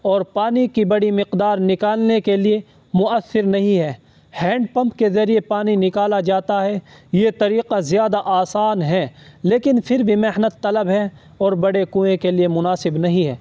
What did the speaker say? اور پانی کی بڑی مقدار نکالنے کے لیے مؤثر نہیں ہے ہینڈ پمپ کے ذریعے پانی نکالا جاتا ہے یہ طریقہ زیادہ آسان ہے لیکن پھر بھی محنت طلب ہے اور بڑے کوے کے لیے مناسب نہیں ہے